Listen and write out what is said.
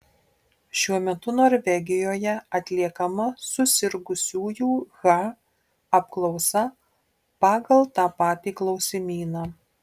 šiuo metu norvegijoje atliekama susirgusiųjų ha apklausa pagal tą patį klausimyną